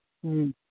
ہوں